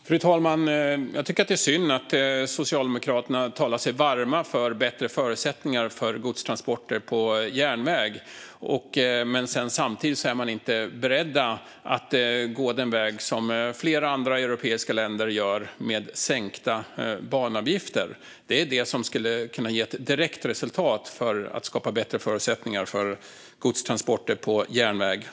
Fru talman! Jag tycker att det är synd att Socialdemokraterna talar sig varma för bättre förutsättningar för godstransporter på järnväg men inte är beredda att gå den väg som flera andra europeiska länder går med sänkta banavgifter. Detta är det som skulle kunna ge ett direkt resultat för att skapa bättre förutsättningar för godstransporter på järnväg.